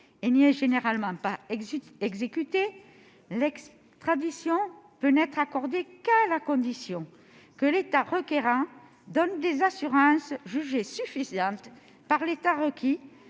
ou n'y est généralement pas exécutée, l'extradition peut n'être accordée qu'à la condition que l'État requérant donne des assurances jugées suffisantes par l'État requis